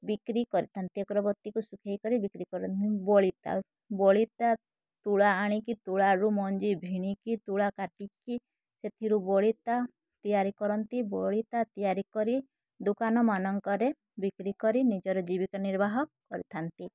ବିକ୍ରି କରିଥାନ୍ତି ଅଗରବତୀକୁ ଶୁଖାଇ କରି ବିକ୍ରି କରନ୍ତି ବଳିତା ବଳିତା ତୁଳା ଆଣିକି ତୁଳାରୁ ମଞ୍ଜି ଭିଣିକି ତୁଳା କାଟିକି ସେଥିରୁ ବଳିତା ତିଆରି କରନ୍ତି ବଳିତା ତିଆରି କରି ଦୋକାନ ମାନଙ୍କରେ ବିକ୍ରି କରି ନିଜର ଜୀବିକା ନିର୍ବାହ କରିଥାନ୍ତି